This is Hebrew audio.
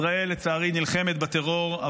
ישראל נלחמת בטרור,